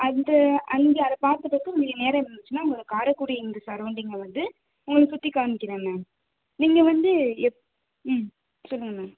அடுத்து அங்கே அதை பார்த்த பிறகு உங்களுக்கு நேரம் இருந்துச்சுன்னா உங்களுக்கு காரைக்குடி இந்த சரௌண்டிங்கில வந்து உங்களுக்கு சுற்றி காமிக்கிறேன் மேம் நீங்கள் வந்து எத் ம் சொல்லுங்கள் மேம்